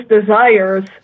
desires